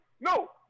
No